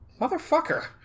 Motherfucker